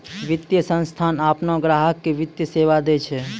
वित्तीय संस्थान आपनो ग्राहक के वित्तीय सेवा दैय छै